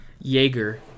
Jaeger